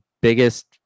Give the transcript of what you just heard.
biggest